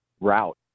route